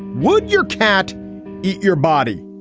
would your cat eat your body?